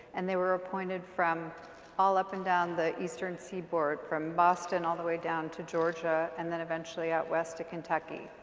and they were appointed from all up and down the eastern seaboard from boston all the way down to georgia and then eventually out west to kenntucky.